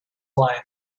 life